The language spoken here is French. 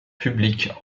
publique